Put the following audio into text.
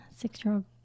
six-year-old